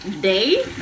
day